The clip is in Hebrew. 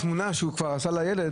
התמונה שהוא כבר עשה לילד,